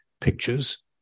pictures